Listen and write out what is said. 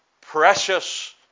precious